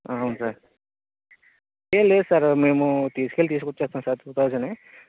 అవును సార్ ఏంలేదు సార్ మేము తీసుకెళ్లి తీసుకొచ్చేస్తాం సార్ టూ థౌసండ్ ఏ